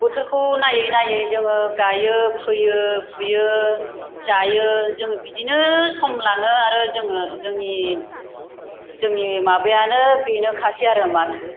बोथोरखौ नायै नायै जोङो गायो फोयो फुयो जायो जोङो बिदिनो सम लाङो आरो जोङो जोंनि जोंनि माबायानो बेनोखासै आरो माथो